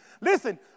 Listen